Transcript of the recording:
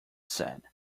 said